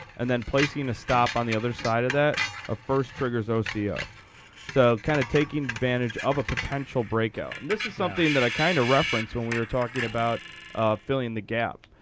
and then placing a stop on the other side of that of first triggers oco. so kind of taking advantage of a potential breakout. and this is something that i kind of referenced when we were talking about filling the gap,